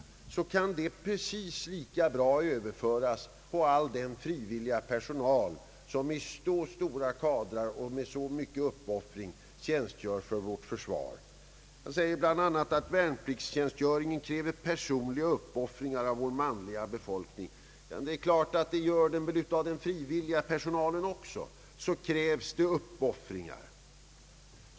Dessa synpunkter kan precis lika bra överföras på all den frivilliga personal som i så stora kadrar och med så mycken uppoffring tjänstgör för vårt försvar. Det sägs bl.a. att värnpliktstjänstgöringen kräver personliga uppoffringar av vår manliga befolkning. Det är klart att det krävs uppoffringar också av den frivilliga personalen.